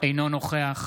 אינו נוכח